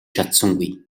чадсангүй